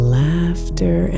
laughter